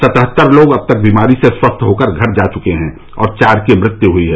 सतहत्तर लोग अब तक बीमारी से स्वस्थ होकर घर जा चुके हैं और चार की मृत्यु हुयी है